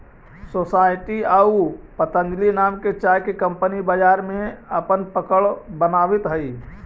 society आउ पतंजलि नाम के चाय के कंपनी बाजार में अपन पकड़ बनावित हइ